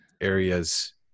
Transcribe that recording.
areas